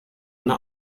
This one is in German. eine